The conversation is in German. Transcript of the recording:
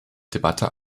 debatte